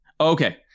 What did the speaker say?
Okay